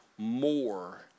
More